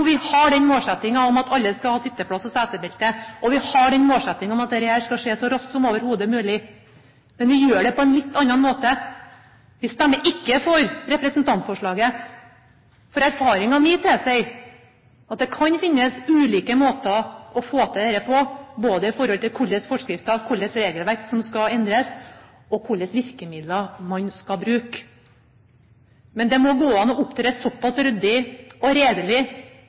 og vi har den målsettingen at dette skal skje så raskt som overhodet mulig. Men vi gjør det på en litt annen måte. Vi stemmer ikke for representantforslaget, for erfaringen min tilsier at det kan finnes ulike måter å få til dette på, både med hensyn til hvilke forskrifter og hva slags regelverk som skal endres, og med hensyn til hva slags virkemidler man skal bruke. Men det må gå an å opptre såpass ryddig og redelig